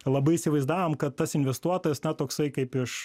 labai įsivaizdavom kad tas investuotojas na toksai kaip iš